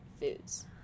foods